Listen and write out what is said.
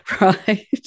right